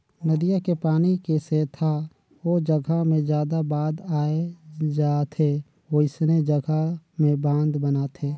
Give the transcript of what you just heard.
नदिया के पानी के सेथा ओ जघा मे जादा बाद आए जाथे वोइसने जघा में बांध बनाथे